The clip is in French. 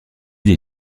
des